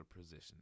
position